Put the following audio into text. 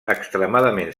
extremadament